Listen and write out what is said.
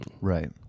Right